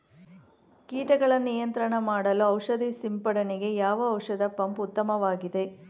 ಕೀಟಗಳ ನಿಯಂತ್ರಣ ಮಾಡಲು ಔಷಧಿ ಸಿಂಪಡಣೆಗೆ ಯಾವ ಔಷಧ ಪಂಪ್ ಉತ್ತಮವಾಗಿದೆ?